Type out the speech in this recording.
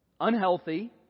Unhealthy